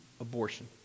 abortion